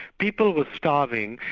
people were starving,